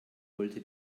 wollte